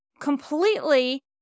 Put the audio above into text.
completely